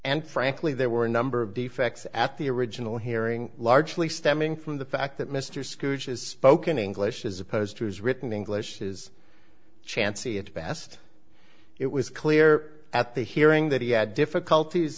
and frankly there were a number of defects at the original hearing largely stemming from the fact that mr scrooge has spoken english as opposed to his written english is chancy at best it was clear at the hearing that he had difficulties